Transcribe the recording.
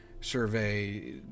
survey